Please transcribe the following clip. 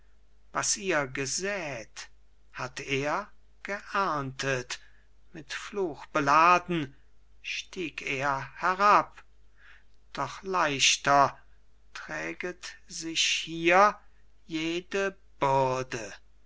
was ihr gesät hat er geerntet mit fluch beladen stieg er herab doch leichter träget sich hier jede bürde